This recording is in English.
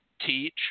teach